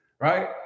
right